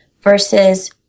versus